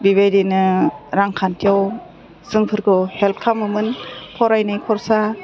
बिबायदिनो रांखान्थियाव जोंफोरखौ हेल्प खालामोमोन फरायनाय खरसा